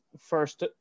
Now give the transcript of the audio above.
first